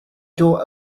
door